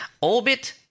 Orbit